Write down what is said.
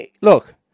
Look